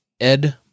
Ed